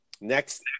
Next